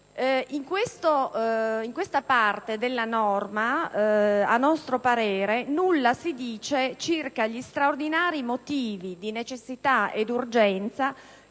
In questa parte della norma a nostro parere nulla si dice circa gli straordinari motivi di necessità e urgenza